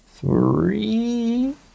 three